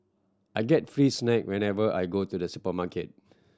I get free snack whenever I go to the supermarket